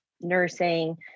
nursing